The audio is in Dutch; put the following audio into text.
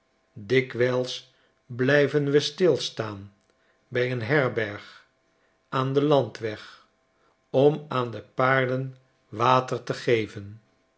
dikwijls blijven we stilstaan bij een herberg aan den landweg om aan de paarden water te geven